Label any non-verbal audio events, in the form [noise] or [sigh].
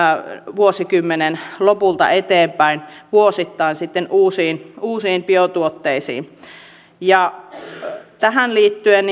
vuosikymmenen lopulta eteenpäin vuosittain uusiin biotuotteisiin tähän liittyen [unintelligible]